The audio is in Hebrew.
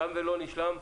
תם ולא נשלם.